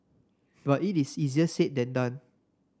but it is easier said than done